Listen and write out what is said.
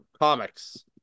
comics